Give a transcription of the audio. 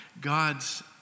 God's